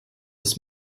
des